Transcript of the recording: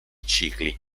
cicli